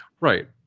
Right